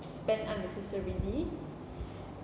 spend unnecessarily